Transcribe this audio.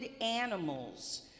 animals